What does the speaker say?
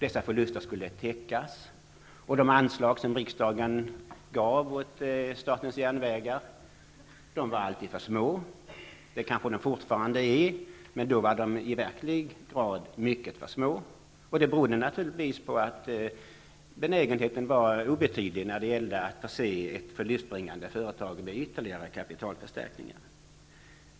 Dessa förluster skulle täckas, och de anslag som riksdagen gav åt statens järnvägar var alltid för små. Det kanske de fortfarande är, men då var de i verklig grad för små. Det berodde naturligtvis på att benägenheten var obetydlig när det gällde att förse ett förlustbringande företag med ytterligare kapitalförstärkningar.